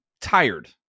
tired